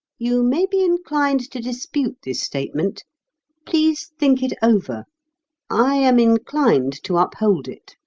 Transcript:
you may be inclined to dispute this statement please think it over i am inclined to uphold it.